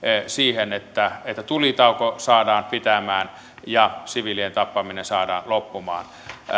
siihen että tulitauko saadaan pitämään ja siviilien tappaminen saadaan loppumaan